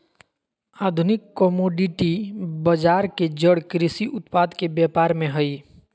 आधुनिक कमोडिटी बजार के जड़ कृषि उत्पाद के व्यापार में हइ